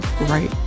right